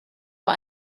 vor